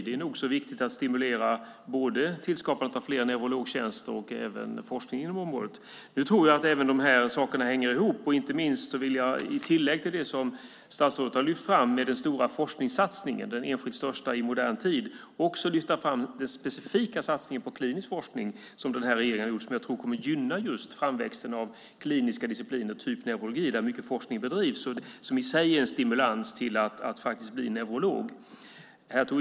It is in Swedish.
Det är nog så viktigt att stimulera både skapandet av fler neurologtjänster och forskningen inom området. Jag tror att dessa saker hänger ihop. Inte minst vill jag i tillägg till det som statsrådet har lyft fram, det vill säga den forskningssatsning som är den enskilt största i modern tid, lyfta fram den specifika satsning på klinisk forskning som denna regering har gjort. Jag tror att den kommer att gynna just framväxten av kliniska discipliner typ neurologi, där mycket forskning bedrivs. Det är i sig en stimulans till att bli neurolog.